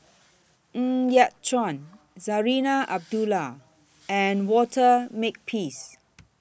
Ng Yat Chuan Zarinah Abdullah and Walter Makepeace